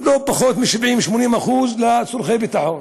ולא פחות מ-70% 80% לצורכי ביטחון.